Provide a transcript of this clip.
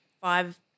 five